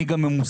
אני גם ממוסמך,